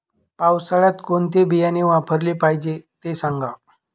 पावसाळ्यात कोणते बियाणे वापरले पाहिजे ते सांगा